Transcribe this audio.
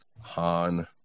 Han